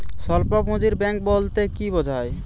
স্বল্প পুঁজির ব্যাঙ্ক বলতে কি বোঝায়?